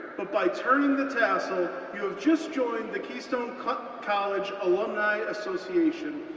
but by turning the tassel, you have just joined the keystone college alumni association,